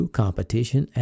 competition